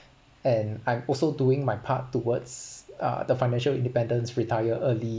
and I'm also doing my part towards uh the financial independence retire early